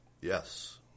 Yes